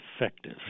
effective